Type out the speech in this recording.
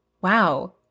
wow